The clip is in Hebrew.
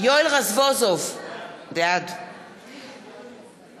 בשמות חברי הכנסת)